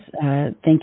thank